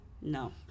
no